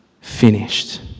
finished